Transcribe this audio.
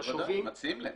בוודאי, מציעים להם.